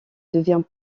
devient